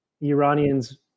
Iranians